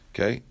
Okay